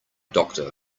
doctor